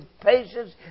patience